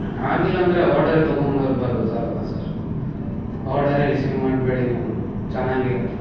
ಆಗಿಲ್ಲ ಅಂದರೆ ಆರ್ಡರೇ ತೊಗೊಂಡ್ಬರ್ಬಾರ್ದು ಅಲುವ ಸರ್ ಆರ್ಡರೇ ರಿಸೀವ್ ಮಾಡಬೇಡಿ ನೀವು ಚೆನ್ನಾಗಿರುತ್ತೆ